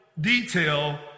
detail